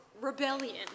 rebellion